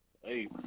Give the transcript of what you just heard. hey